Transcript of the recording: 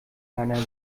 deiner